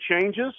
changes